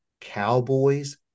cowboys